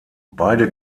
beide